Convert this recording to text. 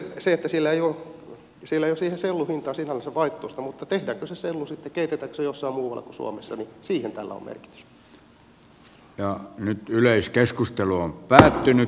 sillä ei ole siihen sellun hintaan sinällänsä vaikutusta mutta keitetäänkö se sellu sitten jossain muualla kuin suomessa sille tällä on merkitystä